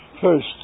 First